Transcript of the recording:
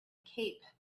cape